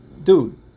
dude